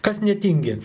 kas netingi